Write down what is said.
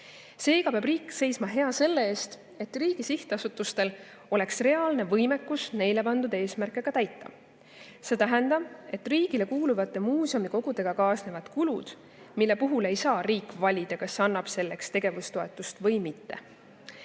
Seega peab riik seisma hea selle eest, et riigi sihtasutustel oleks reaalne võimekus neile pandud eesmärke ka täita. See tähendab, et riigile kuuluvate muuseumikogudega kaasnevad kulud, mille puhul ei saa riik valida, kas annab selleks tegevustoetust või mitte.